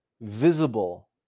visible